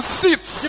sits